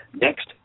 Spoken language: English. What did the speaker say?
Next